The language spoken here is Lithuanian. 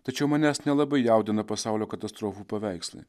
tačiau manęs nelabai jaudina pasaulio katastrofų paveikslai